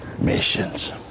Missions